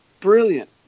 brilliant